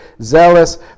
zealous